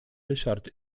ryszard